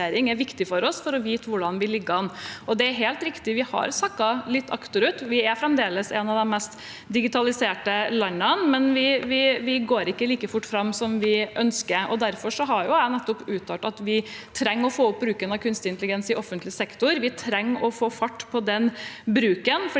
er viktig for oss for å vite hvordan vi ligger an. Det er helt riktig at vi har sakket litt akterut. Vi er fremdeles et av de mest digitaliserte landene, men vi går ikke like fort fram som vi ønsker. Derfor har jeg uttalt at vi trenger å få opp bruken av kunstig intelligens i offentlig sektor, og vi trenger å få fart på den bruken